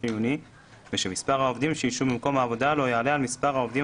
חיוני ושמספר העובדים שישהו במקום העבודה לא יעלה על מספר העובדים